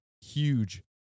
huge